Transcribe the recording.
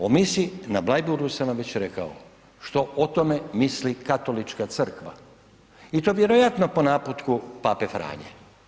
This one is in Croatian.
O misi na Bleiburgu sam vam već rekao, što o tome misli Katolička crkva i to vjerojatno po naputku Pape Franje.